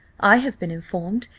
i have been informed,